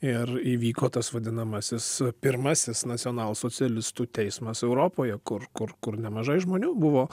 ir įvyko tas vadinamasis pirmasis nacionalsocialistų teismas europoje kur kur kur nemažai žmonių buvo